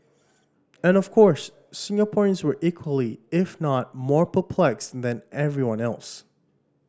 and of course Singaporeans were equally if not more perplexed than everyone else